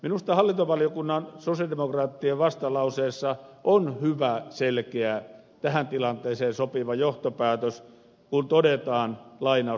minusta hallintovaliokunnan sosialidemokraattien vastalauseessa on hyvä selkeä tähän tilanteeseen sopiva johtopäätös kun todetaan lainaus